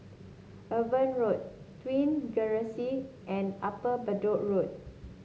Eber Road Twin Regency and Upper Bedok Road